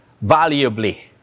valuably